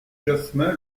jasmin